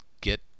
get